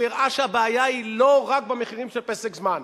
והוא הראה שהבעיה היא לא רק במחירים של "פסק זמן",